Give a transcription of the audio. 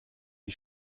die